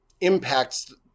impacts